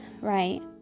right